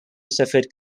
suffered